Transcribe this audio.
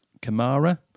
Kamara